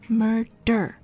murder